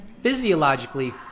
physiologically